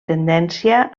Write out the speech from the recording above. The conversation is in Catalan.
tendència